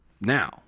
now